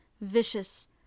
vicious